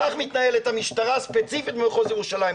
כך מתנהלת המשטרה ספציפית במחוז ירושלים.